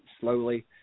slowly